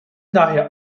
daher